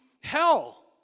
hell